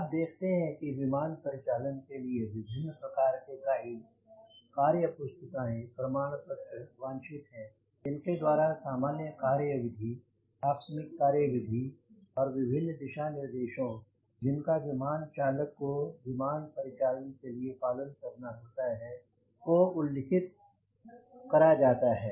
आप देखते हैं कि विमान परिचालन के लिए विभिन्न प्रकार के गाइड कार्य पुस्तिकाएं प्रमाण पत्र वांछित हैं जिन के द्वारा सामान्य कार्य विधि आकस्मिक कार्य विधि और विभिन्न दिशा निर्देशों जिनका विमान चालक को विमान परिचालन के लिए पालन करना होता है को उल्लिखित करा जाता है